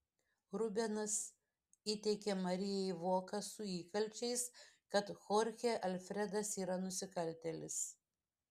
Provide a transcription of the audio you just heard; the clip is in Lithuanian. rubenas įteikia marijai voką su įkalčiais kad chorchė alfredas yra nusikaltėlis